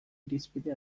irizpide